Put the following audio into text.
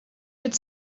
could